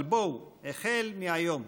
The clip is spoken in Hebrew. אבל החל מהיום,